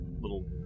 little